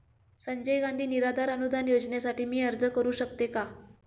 संजय गांधी निराधार अनुदान योजनेसाठी मी अर्ज करू शकते का?